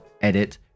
edit